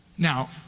Now